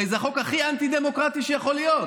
הרי זה החוק הכי אנטי-דמוקרטי שיכול להיות.